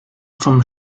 vom